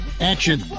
action